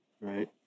right